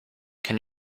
can